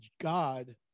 God